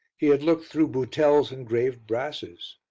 he had looked through boutell's engraved brasses.